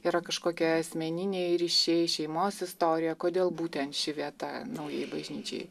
yra kažkokie asmeniniai ryšiai šeimos istorija kodėl būtent ši vieta naujai bažnyčiai